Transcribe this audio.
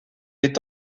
est